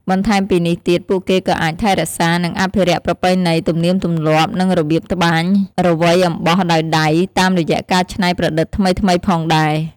បន្ថែមពីនេះទៀត ពួកគេក៏អាចថែរក្សា និងអភិរក្សប្រពៃណី ទំនៀមទំលាប់ និងរបៀបត្បាញរវៃអំបោះដោយដៃ តាមរយៈការច្នៃប្រឌិតថ្មីៗផងដែរ។